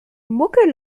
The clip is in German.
mucke